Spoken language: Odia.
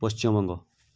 ପଶ୍ଚିମବଙ୍ଗ